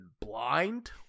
blind